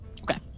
Okay